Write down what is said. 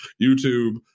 YouTube